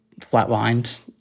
flatlined